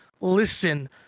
listen